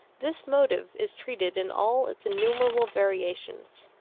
this motive is treated in all its innumerable variations.